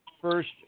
first